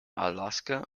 alaska